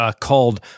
called